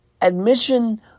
admission